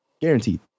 Guaranteed